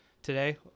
Today